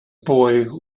boy